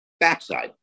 Backside